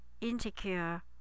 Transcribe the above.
insecure